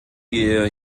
wir